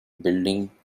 building